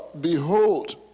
behold